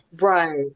Right